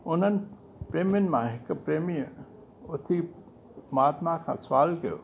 हुननि प्रेमीनि मां हिकु प्रेमीअ उथी महात्मा खां सुवाल कयो